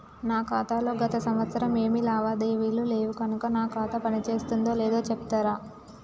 నా ఖాతా లో గత సంవత్సరం ఏమి లావాదేవీలు లేవు కనుక నా ఖాతా పని చేస్తుందో లేదో చెప్తరా?